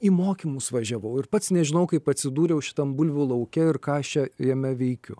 į mokymus važiavau ir pats nežinau kaip atsidūriau šitam bulvių lauke ir ką aš čia jame veikiu